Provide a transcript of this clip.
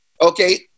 Okay